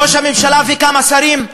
ראש הממשלה, וגם השרים,